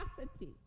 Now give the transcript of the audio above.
capacity